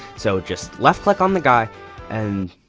so just left click on the guy and,